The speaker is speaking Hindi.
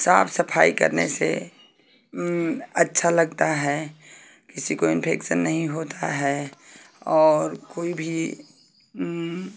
साफ सफाई करने से अच्छा लगता है किसी को इन्फेक्शन नहीं होता है और कोई भी